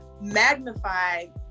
magnified